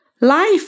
Life